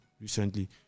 recently